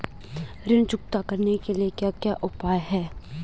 ऋण चुकता करने के क्या क्या उपाय हैं?